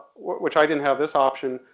which i didn't have this option,